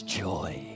joy